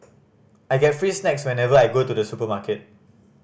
I get free snacks whenever I go to the supermarket